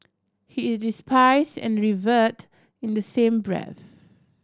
he is despised and revered in the same breath